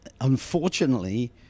unfortunately